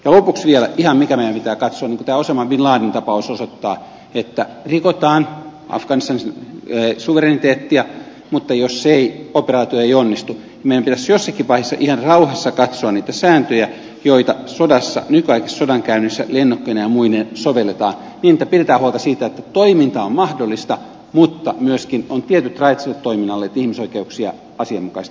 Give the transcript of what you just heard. lopuksi vielä mikä meidän pitää katsoa niin kuin tämä osama bin laden tapaus osoittaa että rikotaan afganistanin suvereniteettiä mutta jos operaatio ei onnistu meidän pitäisi jossakin vaiheessa ihan rauhassa katsoa niitä sääntöjä joita sodassa nykyaikaisessa sodankäynnissä lennokkeineen ja muineen sovelletaan niin että pidetään huolta siitä että toiminta on mahdollista mutta myöskin on tietyt rajat sille toiminnalle niin että ihmisoikeuksia asianmukaisesti kunnioitetaan